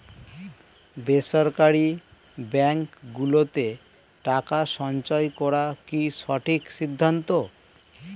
বেসরকারী ব্যাঙ্ক গুলোতে টাকা সঞ্চয় করা কি সঠিক সিদ্ধান্ত?